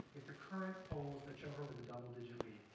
if the current polls that show her with a double digit lead,